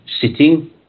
sitting